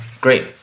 Great